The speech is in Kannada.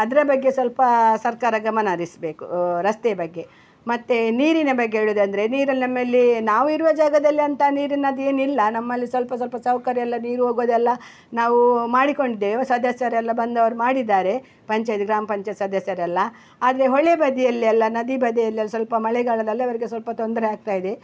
ಅದರ ಬಗ್ಗೆ ಸ್ವಲ್ಪ ಸರ್ಕಾರ ಗಮನ ಹರಿಸ್ಬೇಕು ರಸ್ತೆ ಬಗ್ಗೆ ಮತ್ತೆ ನೀರಿನ ಬಗ್ಗೆ ಹೇಳುವುದಂದರೆ ನೀರಲ್ಲಿ ನಮ್ಮಲ್ಲಿ ನಾವಿರುವ ಜಾಗದಲ್ಲೆ ಅಂತ ನೀರಿನದು ಏನಿಲ್ಲ ನಮ್ಮಲ್ಲಿ ಸ್ವಲ್ಪ ಸ್ವಲ್ಪ ಸೌಕರ್ಯ ಎಲ್ಲ ನೀರು ಹೋಗೋದೆಲ್ಲ ನಾವು ಮಾಡಿಕೊಂಡಿದ್ದೇವೆ ಸದಸ್ಯರೆಲ್ಲ ಬಂದವ್ರು ಮಾಡಿದ್ದಾರೆ ಪಂಚಾಯ್ತಿ ಗ್ರಾಮ ಪಂಚಾಯ್ತಿ ಸದಸ್ಯರೆಲ್ಲ ಆದರೆ ಹೊಳೆ ಬದಿಯಲ್ಲಿ ಎಲ್ಲ ನದಿ ಬದಿಯಲ್ಲಿ ಎಲ್ಲ ಸ್ವಲ್ಪ ಮಳೆಗಾಲದಲ್ಲಿ ಅವರಿಗೆ ಸ್ವಲ್ಪ ತೊಂದರೆ ಆಗ್ತಾ ಇದೆ